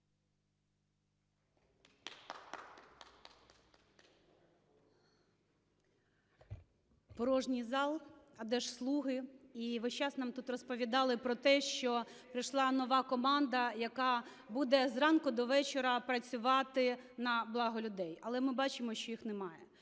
Порожній зал. А де ж "слуги"? І весь час нам тут розповідали про те, що прийшла нова команда, яка буде з ранку до вечора працювати на благо людей. Але ми бачимо, що їх немає.